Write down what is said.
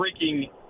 freaking